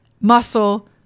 muscle